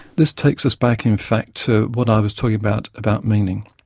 this takes us back in fact to what i was talking about, about meaning.